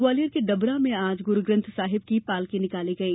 ग्वालियर के डबरा में आज गुरूग्रंथ साहिब की पालकी निकाली गई